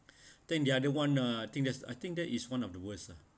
then the other [one] uh I think that's I think that is one of the worst